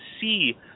see